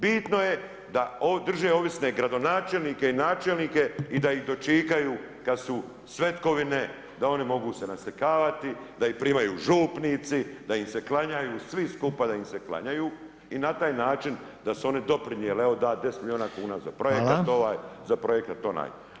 Bitno je da drže ovisne gradonačelnike i načelnike i da ih dočekaju kad su svetkovine, da oni mogu se naslikavati, da ih primaju župnici, da im se klanjaju, svi skupa da im se klanjaju i na taj način da su oni doprinijeli, evo da 10 miliona kuna za projekat ovaj, za projekat onaj.